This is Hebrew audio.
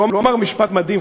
הוא אמר משפט מדהים,